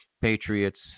Patriots